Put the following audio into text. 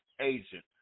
agent